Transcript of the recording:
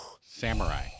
Samurai